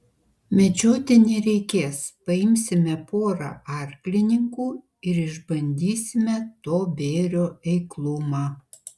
medžioti nereikės paimsime porą arklininkų ir išbandysime to bėrio eiklumą